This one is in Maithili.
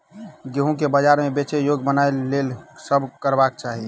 गेंहूँ केँ बजार मे बेचै योग्य बनाबय लेल की सब करबाक चाहि?